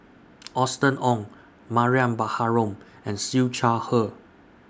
Austen Ong Mariam Baharom and Siew Shaw Her